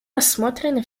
рассмотрены